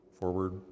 forward